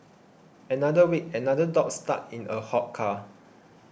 another week another dog stuck in a hot car